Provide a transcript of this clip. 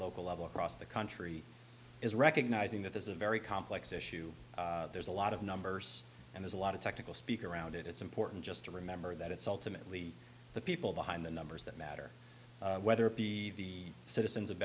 local level across the country is recognizing that this is a very complex issue there's a lot of numbers and there's a lot of technical speak around it it's important just to remember that it's ultimately the people behind the numbers that matter whether the citizens of